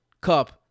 Cup